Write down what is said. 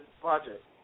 project